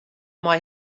mei